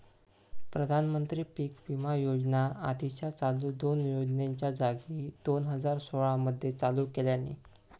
प्रधानमंत्री पीक विमा योजना आधीच्या चालू दोन योजनांच्या जागी दोन हजार सोळा मध्ये चालू केल्यानी